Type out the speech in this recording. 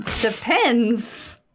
Depends